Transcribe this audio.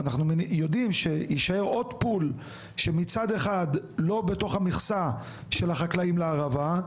אנחנו יודעים שיישאר עוד פול שמצד אחד לא בתוך המכסה של החקלאים לערבה,